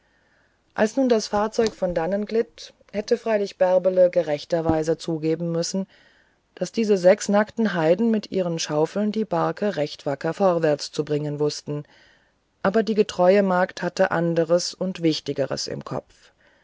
als nun das fahrzeug von dannen glitt hätte freilich bärbele gerechterweise zugeben müssen daß diese sechs nackten heiden mit ihren schaufeln die barke ganz wacker vorwärts zu bringen wußten aber die getreue magd hatte anderes und wichtigeres im kopf